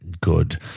good